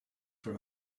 for